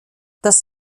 das